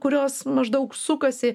kurios maždaug sukasi